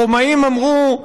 הרומאים אמרו: